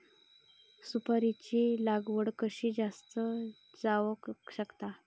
सुपारीची लागवड कशी जास्त जावक शकता?